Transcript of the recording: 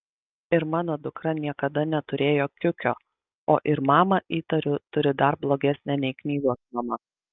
ir mano dukra niekada neturėjo kiukio o ir mamą įtariu turi dar blogesnę nei knygos mama